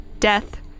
death